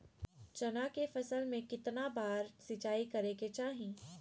चना के फसल में कितना बार सिंचाई करें के चाहि?